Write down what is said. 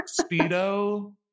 speedo